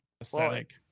Aesthetic